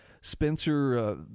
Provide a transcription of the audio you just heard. Spencer